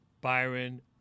Byron